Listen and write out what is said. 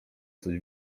coś